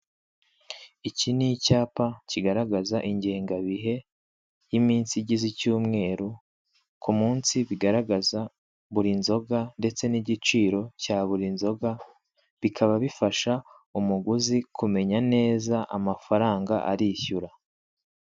Iki ni icyapa kigaragaza ingengabihe y'iminsi igize icyumweru k'umunsi bigaragaza buri nzoga ndetse n'igiciro cya buri nzoga, bikaba bisasha umuguzi kumenya neza amafaranga arishyura.